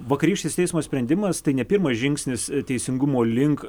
vakarykštis teismo sprendimas tai ne pirmas žingsnis teisingumo link